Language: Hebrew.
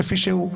כפי שהוא.